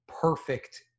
perfect